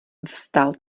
vstal